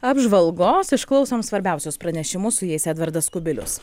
apžvalgos išklausom svarbiausius pranešimus su jais edvardas kubilius